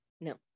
no